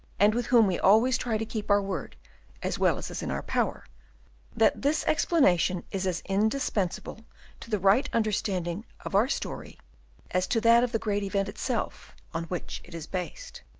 and with whom we always try to keep our word as well as is in our power that this explanation is as indispensable to the right understanding of our story as to that of the great event itself on which it is based.